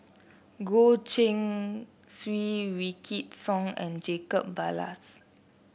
Goh Keng Swee Wykidd Song and Jacob Ballas